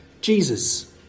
Jesus